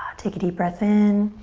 take a deep breath in.